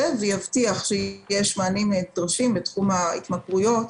ויבטיח שיש מענים נדרשים בתחום ההתמכרויות,